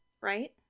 right